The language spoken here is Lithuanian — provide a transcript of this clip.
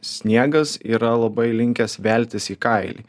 sniegas yra labai linkęs veltis į kailį